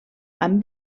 amb